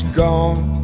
gone